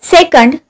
Second